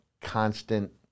constant